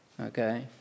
Okay